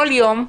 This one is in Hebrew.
כל יום,